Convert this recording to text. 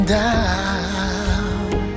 down